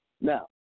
Now